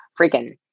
freaking